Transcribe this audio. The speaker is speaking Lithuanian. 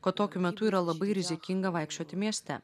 kad tokiu metu yra labai rizikinga vaikščioti mieste